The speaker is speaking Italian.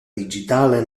digitale